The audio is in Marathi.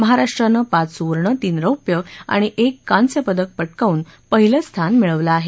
महाराष्ट्रानं पाच सुवर्ण तीन रौप्य आणि एक कांस्य पदक पटकावून पहिलं स्थान मिळवलं आहे